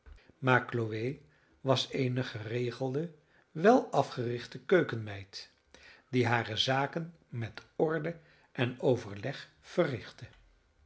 maar chloe was eene geregelde wel afgerichte keukenmeid die hare zaken met orde en overleg verrichtte